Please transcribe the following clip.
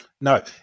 No